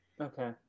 okay